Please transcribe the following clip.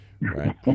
Right